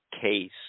case